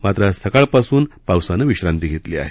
मात्र आज सकाळपासून सध्या पावसानं विश्रांती घेतली आहे